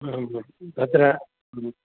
आमाम् तत्र ह्म्